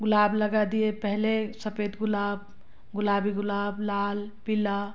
गुलाब लगा दिए पहले सफेद गुलाब गुलाबी गुलाब लाल पीला